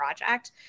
project